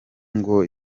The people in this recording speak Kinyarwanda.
ngo